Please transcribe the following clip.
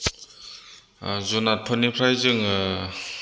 जुनादफोरनिफ्राय जोङो